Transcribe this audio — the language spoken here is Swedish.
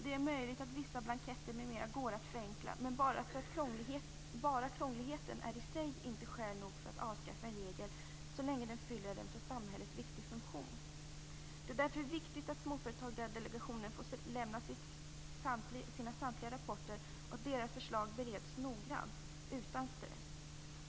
Det är möjligt att vissa blanketter numera går att förenkla, men krångligheten i sig är inte skäl nog att avskaffa en regel så länge den fyller en för samhället viktig funktion. Det är därför viktigt att Småföretagsdelegationen får lämna samtliga rapporter och att förslagen bereds noggrant utan stress.